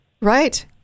right